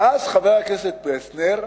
ואז, חבר הכנסת פלסנר,